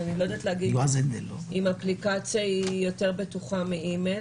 אז אני לא יודעת להגיד אם אפליקציה היא יותר בטוחה מאימייל.